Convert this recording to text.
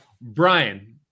Brian